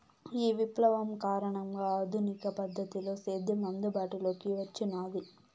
ఈ విప్లవం కారణంగా ఆధునిక పద్ధతిలో సేద్యం అందుబాటులోకి వచ్చినాది